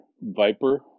Viper